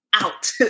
out